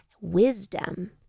Wisdom